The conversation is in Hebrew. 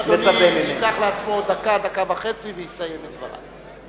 אדוני ייקח לעצמו דקה, דקה וחצי, ויסיים את דבריו.